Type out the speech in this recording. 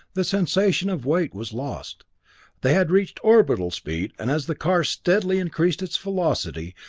the sensation of weight was lost they had reached orbital speed, and as the car steadily increased its velocity,